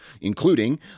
including